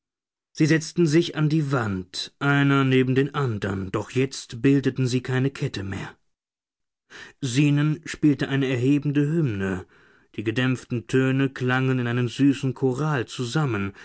sie setzten sich an die wand einer neben den andern doch jetzt bildeten sie keine kette mehr zenon spielte eine erhebende hymne die gedämpften töne klangen in einen süßen choral zusammen